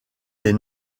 des